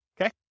okay